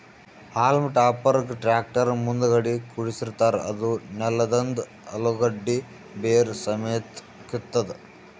haulm ಟಾಪರ್ಗ್ tractor ಮುಂದಗಡಿ ಕುಡ್ಸಿರತಾರ್ ಅದೂ ನೆಲದಂದ್ ಅಲುಗಡ್ಡಿ ಬೇರ್ ಸಮೇತ್ ಕಿತ್ತತದ್